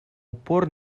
упор